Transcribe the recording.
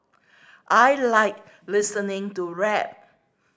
I like listening to rap